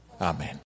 Amen